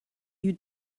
you